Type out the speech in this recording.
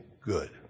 good